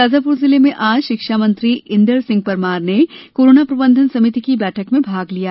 शाजापुर जिले में आज शिक्षा मंत्री इंदर सिंह परमार ने कोरोना प्रबंधन समिति की बैठक में भाग लिया